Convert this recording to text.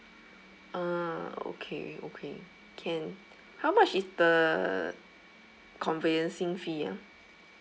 ah okay okay can and how much is the conveyancing fee ah